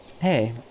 hey